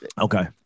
Okay